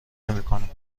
نمیکنم